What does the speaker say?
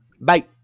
Bye